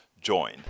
join